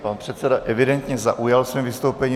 Pan předseda evidentně zaujal svým vystoupením.